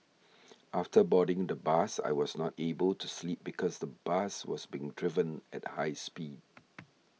after boarding the bus I was not able to sleep because the bus was being driven at high speed